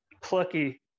plucky